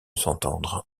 s’entendre